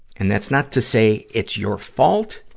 and that's not to say it's your fault.